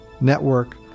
network